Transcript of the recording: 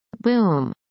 Boom